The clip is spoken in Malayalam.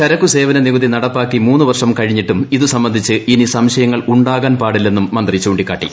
ചരക്ക് സേവന നികുതി നടപ്പാക്കി മൂന്നു വർഷം കഴിഞ്ഞിട്ടും ഇത് സംബന്ധിച്ച് ഇനി സംശയങ്ങൾ ഉണ്ടാകാൻ പാടില്ലെന്നും മന്ത്രി ചൂണ്ടിക്കാട്ടി